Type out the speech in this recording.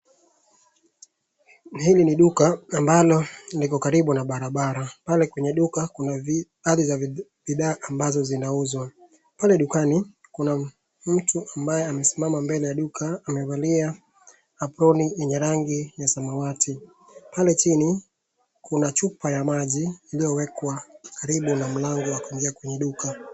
Hili ni duka ambalo liko karibu na barabara. Pale kwenye duka kuna baaadhi ya bidha ambazo zinauzwa. Pale dukani kuna mtu ambaye amesimama mbele ya duka amevalia aproni yenye rangi ya samawati. Pale chini kuna chupa ya maji iliyowekwa karibu na mlango wa kuingia kwenye duka.